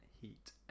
heat